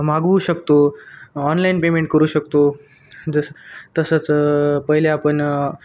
मागवू शकतो online payment करू शकतो जस तसंच पहिले आपण